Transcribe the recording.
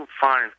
fine